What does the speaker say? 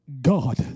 God